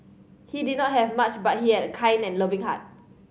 he did not have much but he had a kind and loving heart